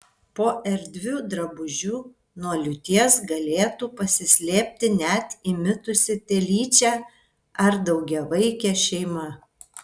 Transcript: po erdviu drabužiu nuo liūties galėtų pasislėpti net įmitusi telyčia ar daugiavaikė šeima